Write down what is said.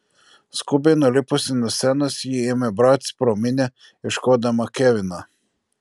skubiai nulipusi nuo scenos ji ėmė brautis pro minią ieškodama kevino